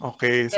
Okay